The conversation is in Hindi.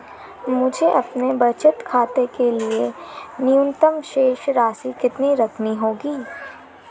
मुझे अपने बचत खाते के लिए न्यूनतम शेष राशि कितनी रखनी होगी?